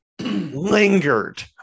lingered